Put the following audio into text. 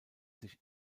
sich